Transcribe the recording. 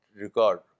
record